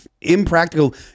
impractical